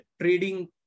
trading